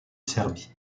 serbie